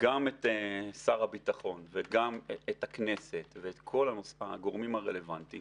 גם את שר הביטחון וגם את הכנסת ואת כל הגורמים הרלוונטיים